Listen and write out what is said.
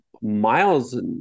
miles